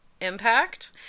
impact